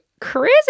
Crazy